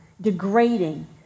degrading